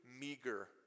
meager